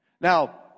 Now